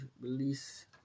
release